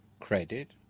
Credit